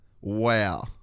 Wow